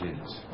Kids